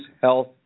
Health